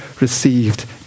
received